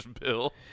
bill